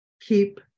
keep